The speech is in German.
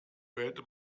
wählte